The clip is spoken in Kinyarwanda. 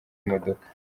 imodoka